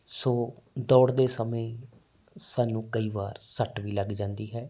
ਸੋ ਦੌੜਦੇ ਸਮੇਂ ਸਾਨੂੰ ਕਈ ਵਾਰ ਸੱਟ ਵੀ ਲੱਗ ਜਾਂਦੀ ਹੈ